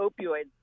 opioids